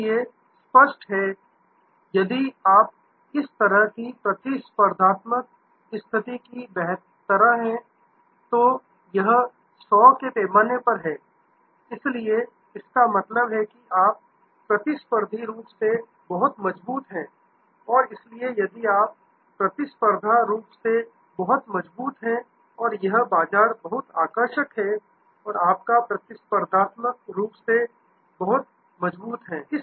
इसलिए स्पष्ट है यदि आप इस तरह की प्रतिस्पर्धात्मक स्थिति की तरह हैं तो यह 100 के पैमाने पर है इसलिए इसका मतलब है कि आप प्रतिस्पर्धी रूप से बहुत मजबूत हैं और इसलिए यदि आप प्रतिस्पर्धात्मक रूप से बहुत मजबूत हैं और यह बाजार बहुत आकर्षक है और आपका प्रतिस्पर्धात्मक रूप से बहुत मजबूत है